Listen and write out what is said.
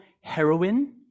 heroin